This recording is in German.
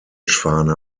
fahne